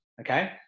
okay